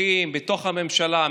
מתווכחים בתוך הממשלה,